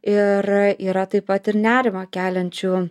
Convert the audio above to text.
ir yra taip pat ir nerimą keliančių